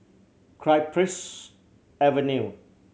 Cypress Avenue